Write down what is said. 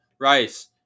rice